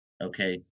okay